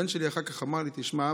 הבן שלי אחר כך אמר לי: תשמע,